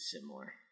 similar